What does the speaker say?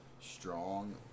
strong